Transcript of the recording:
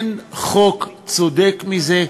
כי אין חוק צודק מזה.